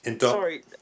Sorry